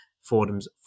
Fordham's